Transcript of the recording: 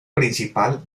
principal